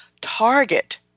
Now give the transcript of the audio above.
target